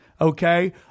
Okay